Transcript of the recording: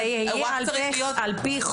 הוא רק צריך להיות מודע